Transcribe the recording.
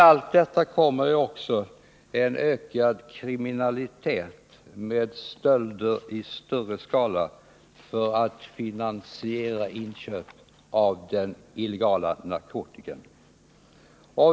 Med allt detta följer också en ökad kriminalitet med stölder i större skala för att finansiera inköpen av den illegala narkotikan.